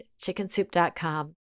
chickensoup.com